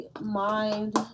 mind